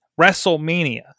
Wrestlemania